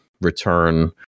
return